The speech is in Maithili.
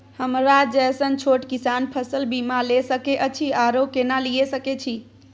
हमरा जैसन छोट किसान फसल बीमा ले सके अछि आरो केना लिए सके छी?